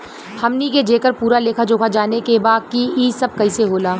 हमनी के जेकर पूरा लेखा जोखा जाने के बा की ई सब कैसे होला?